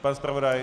Pan zpravodaj?